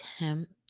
attempt